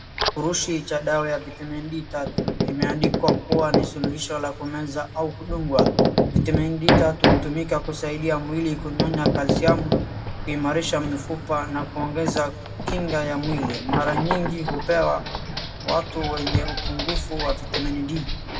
Furushi cha dawa ya Vitamin D tatu, imeandikwa kuwa ni suluhisho la kumeza au kudungwa, Vitamin D tatu hutumika kusaidia mwili kunyonya calcium , kuimarisha mifupa na kuongeza kinga ya mwili, mara nyingi hupewa watu wenye upungufu wa vitamin D .